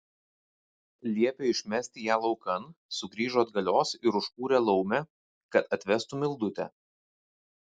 liepė išmesti ją laukan sugrįžo atgalios ir užkūrė laumę kad atvestų mildutę